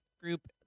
group